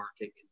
market